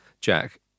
Jack